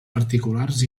particulars